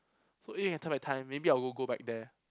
so time by time maybe I'll go back there